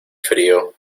frío